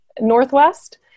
Northwest